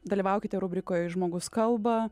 dalyvaukite rubrikoj žmogus kalba